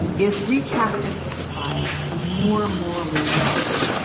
is recast implicit bias as more morally neutral,